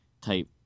type